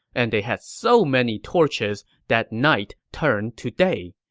and they had so many torches that night turned to day.